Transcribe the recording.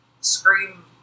scream